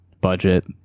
budget